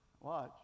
Watch